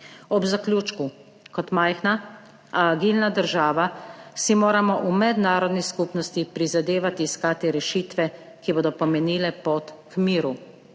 Ob zaključku, kot majhna, a agilna država si moramo v mednarodni skupnosti prizadevati iskati rešitve, ki bodo pomenile pot k miru.